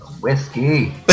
Whiskey